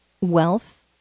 Wealth